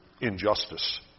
injustice